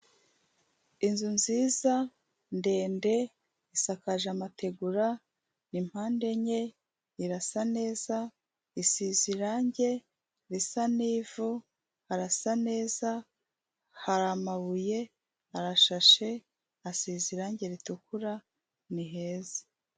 Inzu nziza ndende isakaje amategura, ni mpande enye, irasa neza, isize irangi risa n'ivu, harasa neza, hari amabuye, harashashe, hasize irangi ritukura, ni heza.